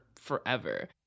forever